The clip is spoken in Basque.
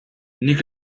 nik